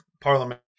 parliament